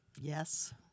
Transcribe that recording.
Yes